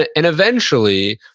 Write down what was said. ah and eventually,